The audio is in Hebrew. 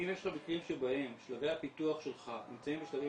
אם יש לך מקרים שבהם שלבי הפיתוח שלך נמצאים בשלבים